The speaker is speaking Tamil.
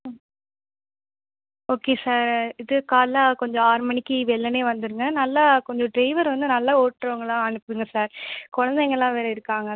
ம் ஓகே சார் இது காலைல கொஞ்சம் ஆறு மணிக்கு வெள்ளனே வந்துடுங்க நல்லா கொஞ்சம் டிரைவரு வந்து நல்லா ஓட்றவங்களா அனுப்புங்கள் சார் குழந்தைங்கள்லாம் வேறு இருக்காங்க